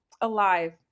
alive